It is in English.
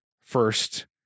first